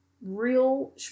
real